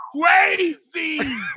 crazy